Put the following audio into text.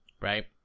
Right